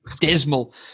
Dismal